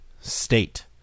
state